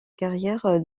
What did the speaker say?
carrière